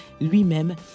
lui-même